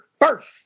first